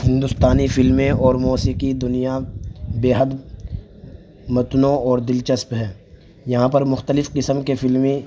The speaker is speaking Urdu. ہندوستانی فلمیں اور موسیقی دنیا بےحد متنوع اور دلچسپ ہے یہاں پر مختلف قسم کے فلمی